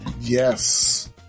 Yes